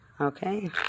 Okay